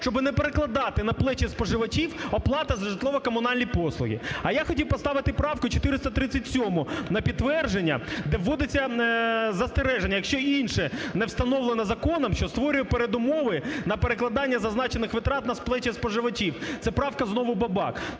щоб не перекладати на плечі споживачів оплату за житлово-комунальні послуги. А я хотів поставити правку 437 на підтвердження, де вводиться застереження, якщо інше не встановлено законом, що створює передумови на перекладання зазначених витрат на плечі споживачів, це правка знову Бабак.